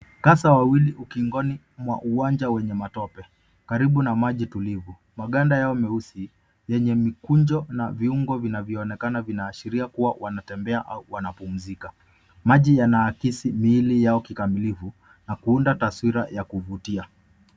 Kasa wawili ukingoni mwa uwanja wenye matope karibu na maji tulivu maganda yao meusi yenye mikunjo na viungo vya vinavyoonekana vinaashiria kuwa wanatembea au wanapumzika maji yanaakisi mili yao kikamilifu na kuunda taswira ya kuvutia